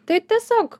tai tiesiog